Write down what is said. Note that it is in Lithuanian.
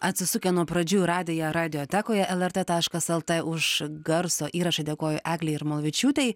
atsisukę nuo pradžių radiją radiotekoje lrt taškas lt už garso įrašą dėkojo eglei jarmolavičiūtei